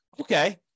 Okay